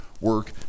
work